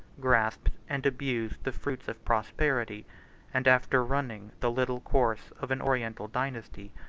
grasped and abused the fruits of prosperity and after running the little course of an oriental dynasty,